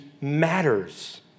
matters